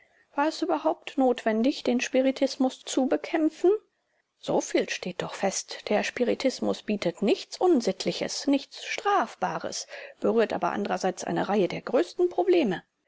es überhaupt notwendig den spiritismus zu bekämpfen soviel steht doch fest der spiritismus bietet nichts unsittliches nichts strafbares berührt aber andererseits eine reihe der größten probleme